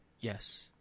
Yes